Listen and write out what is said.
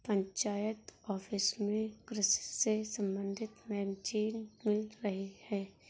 panchayat office में कृषि से संबंधित मैगजीन मिल रही है